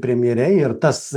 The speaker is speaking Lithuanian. premjere ir tas